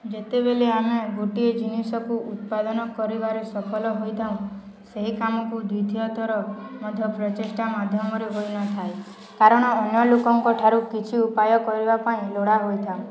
ଯେତେବେଳେ ଆମେ ଗୋଟିଏ ଜିନିଷକୁ ଉତ୍ପାଦନ କରିବାରେ ସଫଳ ହୋଇଥାଉ ସେହି କାମକୁ ଦ୍ୱିତୀୟ ଥର ମଧ୍ୟ ପ୍ରଚେଷ୍ଟା ମାଧ୍ୟମରେ ହୋଇନଥାଏ କାରଣ ଅନ୍ୟ ଲୋକଙ୍କ ଠାରୁ କିଛି ଉପାୟ କରିବା ପାଇଁ ଲୋଡ଼ା ହୋଇଥାଉ